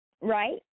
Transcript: right